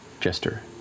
Jester